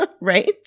right